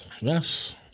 Yes